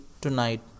tonight